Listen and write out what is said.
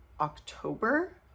October